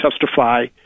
testify